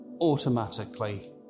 Automatically